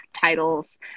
titles